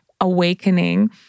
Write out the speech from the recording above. awakening